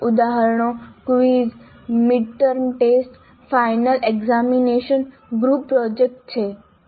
ઉદાહરણો quiz midterm test final examination group projects છે